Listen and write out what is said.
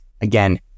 again